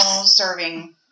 Serving